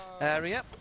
area